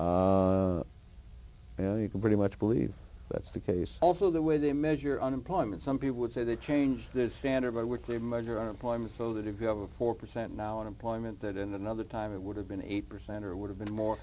flat you can pretty much believe that's the case also the way they measure unemployment some people would say they changed the standard by which we measure our employment so that if you have a four percent now in employment that in another time it would have been eight percent or would have been more